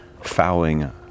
fouling